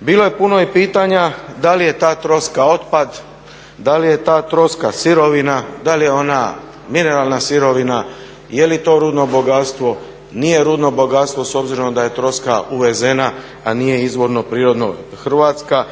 bilo je puno i pitanja da li je ta troska otpad, da li je ta troska sirovina, da li je ona mineralna sirovina, jeli to rudno bogatstvo, nije rudno bogatstvo s obzirom da je troska uvezena, a nije izvorno prirodno hrvatska.